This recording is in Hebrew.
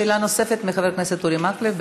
שאלה נוספת לחבר הכנסת אורי מקלב.